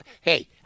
hey